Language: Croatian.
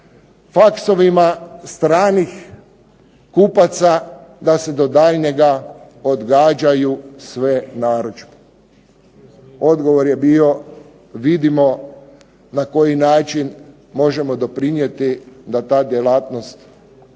faksovima stranih kupaca da se do daljnjega odgađaju sve narudžbe. Odgovor je bio vidimo na koji način možemo doprinijeti da ta djelatnost opstane,